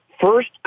first